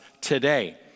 today